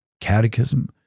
catechism